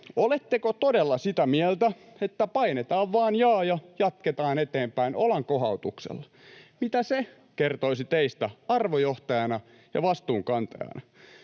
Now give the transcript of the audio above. Oletteko todella sitä mieltä, että painetaan vain ”jaa” ja jatketaan eteenpäin olankohautuksella? Mitä se kertoisi teistä arvojohtajana ja vastuunkantajana?